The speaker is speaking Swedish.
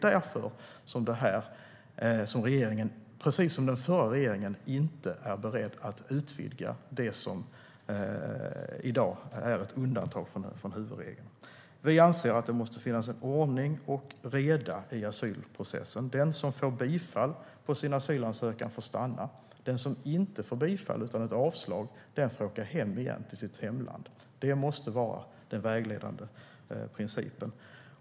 Därför är den här regeringen, precis som den förra regeringen, inte beredd att utvidga det som i dag är ett undantag från huvudregeln. Vi anser att det måste vara ordning och reda i asylprocessen. Den som får bifall på sin asylansökan får stanna. Den som inte får bifall utan avslag får åka hem till sitt hemland igen. Det måste vara den vägledande principen.